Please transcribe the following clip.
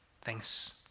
Thanks